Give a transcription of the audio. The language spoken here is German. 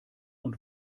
und